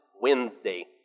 Wednesday